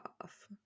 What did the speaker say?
off